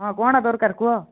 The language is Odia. ହଁ କ'ଣ ଦରକାର କୁହ